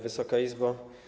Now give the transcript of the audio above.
Wysoka Izbo!